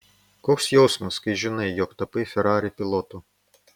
koks jausmas kai žinai jog tapai ferrari pilotu